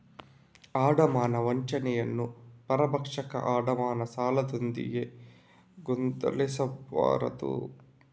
ಅಡಮಾನ ವಂಚನೆಯನ್ನು ಪರಭಕ್ಷಕ ಅಡಮಾನ ಸಾಲದೊಂದಿಗೆ ಗೊಂದಲಗೊಳಿಸಬಾರದು